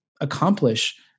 accomplish